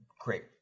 great